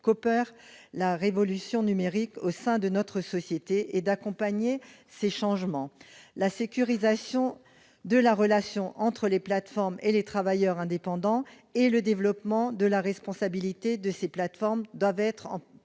qu'opère la révolution numérique au sein de notre société et d'accompagner ces derniers. La sécurisation de la relation entre les plateformes et les travailleurs indépendants et le développement de la responsabilité de ces plateformes doivent être une